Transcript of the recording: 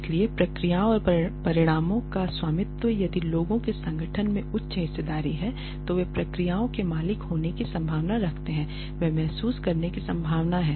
इसलिए प्रक्रियाओं और परिणामों का स्वामित्व यदि लोगों के संगठन में उच्च हिस्सेदारी है तो वे प्रक्रियाओं के मालिक होने की संभावना रखते हैं वे महसूस करने की संभावना है